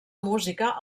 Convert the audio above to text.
música